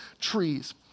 trees